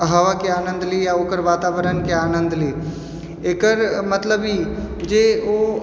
हवाके आनन्द लिअ या ओकर वातावरणके आनन्द लिअ एकर मतलब ई जे ओ